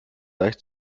deich